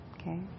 Okay